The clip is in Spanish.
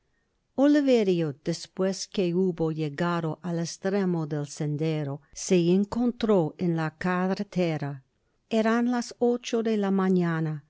un joven singular liverio despues que hubo llegado al estremo del sen dero se encontró en la carretera eran las ocho de la mañana